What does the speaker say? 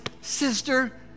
sister